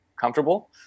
comfortable